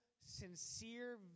sincere